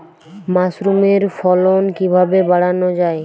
মাসরুমের ফলন কিভাবে বাড়ানো যায়?